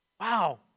Wow